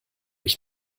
ich